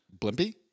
Blimpy